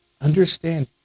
Understand